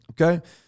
okay